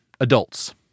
adults